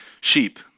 sheep